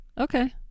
Okay